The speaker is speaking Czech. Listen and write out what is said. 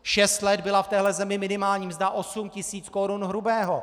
Šest let byla v téhle zemi minimální mzda 8 tisíc korun hrubého.